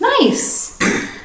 Nice